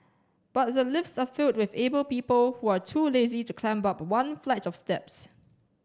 but the lifts are filled with able people who are too lazy to climb up one flight of steps